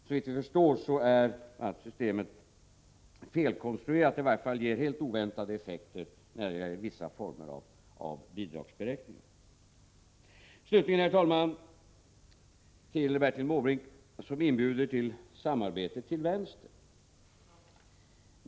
Såvitt vi förstår är systemet felkonstruerat — det ger i varje fall helt oväntade effekter när det gäller vissa former av bidragsberäkningar. Slutligen, herr talman, vill jag säga några ord till Bertil Måbrink, som inbjuder till samarbete till vänster.